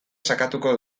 sakatuko